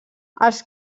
els